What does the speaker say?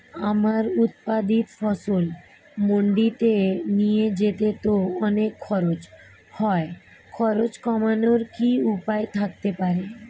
আমার উৎপাদিত ফসল মান্ডিতে নিয়ে যেতে তো অনেক খরচ হয় খরচ কমানোর কি উপায় থাকতে পারে?